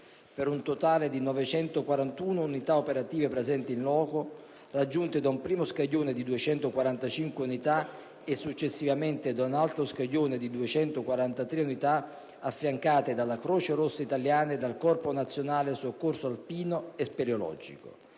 per un totale di 941 unità operative presenti *in loco*, raggiunte da un primo scaglione di 245 unità e, successivamente, da un altro scaglione composto da 243 unità, affiancate dalla Croce rossa italiana e dal Corpo nazionale soccorso alpino e speleologico.